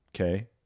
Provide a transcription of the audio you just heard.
Okay